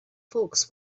folks